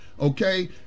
okay